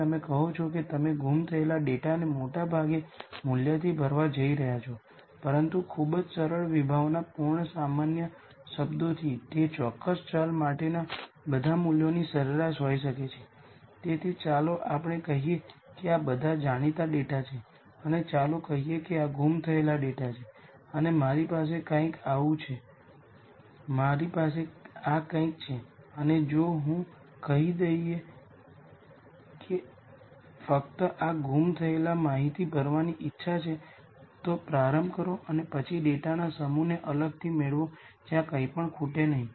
તેથી આપણે કહી શકીએ કે 0 આઇગન વૅલ્યુઝને અનુરૂપ આઇગન વેક્ટર એ ઓરિજિનલ મેટ્રિક્સ A ની નલ સ્પેસમાં હોય છે તેનાથી વિરુદ્ધ જો આઇગન વેક્ટરને અનુરૂપ આઇગન વૅલ્યુ 0 ન હોય તો પછી તે આઇગન વેક્ટર A ની નલ સ્પેસમાં હોઈ શકતું નથી